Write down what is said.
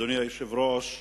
אדוני היושב-ראש,